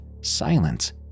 silence